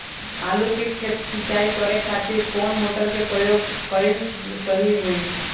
आलू के खेत सिंचाई करे के खातिर कौन मोटर के प्रयोग कएल सही होई?